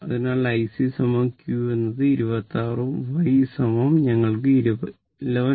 അതിനാൽ IC q എന്നത് 26 ഉം y ഞങ്ങൾക്ക് 11